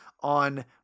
on